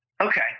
Okay